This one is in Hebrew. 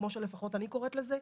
כמו שלפחות אני קוראת לזה,